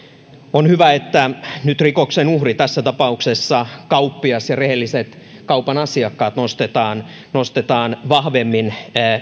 on hyvä että nyt rikoksen uhri tässä tapauksessa kauppias ja rehelliset kaupan asiakkaat nostetaan nostetaan vahvemmin